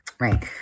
right